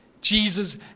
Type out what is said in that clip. Jesus